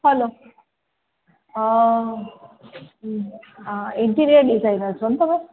hello interior designer છો ને તમે